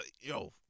Yo